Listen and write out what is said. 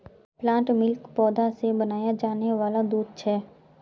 plant milk पौधा से बनाया जाने वाला दूध छे